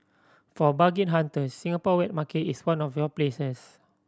for bargain hunters Singapore wet market is one of your places